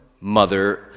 mother